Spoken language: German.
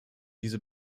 diese